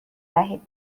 دهید